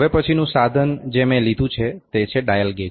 હવે પછીનું સાધન જે મેં લીધું છે તે છે ડાયલ ગેજ